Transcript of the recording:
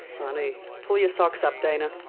funny. pull your socks up, dana,